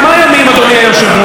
אדוני היושב-ראש,